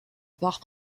part